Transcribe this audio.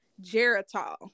Geritol